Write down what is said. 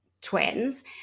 twins